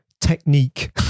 technique